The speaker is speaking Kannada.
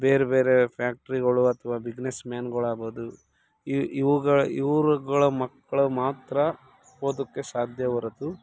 ಬೇರೆ ಬೇರೆ ಫ್ಯಾಕ್ಟ್ರಿಗಳು ಅಥ್ವಾ ಬಿಗ್ನೆಸ್ಮ್ಯಾನುಗಳಾಗ್ಬೋದು ಇವು ಇವುಗಳು ಇವರುಗಳ ಮಕ್ಳು ಮಾತ್ರ ಓದೋಕೆ ಸಾಧ್ಯ ಹೊರತು